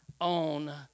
on